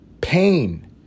pain